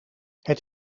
het